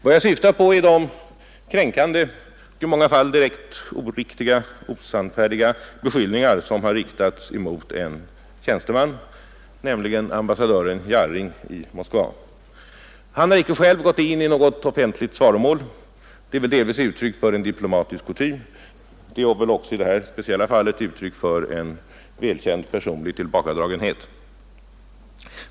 Vad jag syftar på är de kränkande beskyllningar, i många fall grundade på direkt osannfärdiga beskrivningar, som har riktats emot en tjänsteman, nämligen ambassadören Jarring i Moskva. Han har icke själv gått in i något offentligt svaromål. Det är väl delvis uttryck för en diplomatisk kutym, och det är väl också i detta speciella fall uttryck för en välkänd personlig tillbakadragenhet.